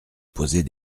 poser